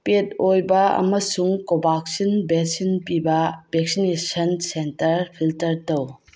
ꯄꯦꯠ ꯑꯣꯏꯕ ꯑꯃꯁꯨꯡ Covaxin vaccine ꯄꯤꯕ ꯕꯦꯛꯁꯤꯅꯦꯁꯟ ꯁꯦꯟꯇꯔ ꯐꯤꯜꯇꯔ ꯇꯧ